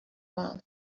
mouth